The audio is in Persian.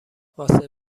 واسه